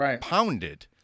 pounded